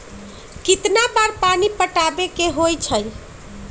कितना बार पानी पटावे के होई छाई?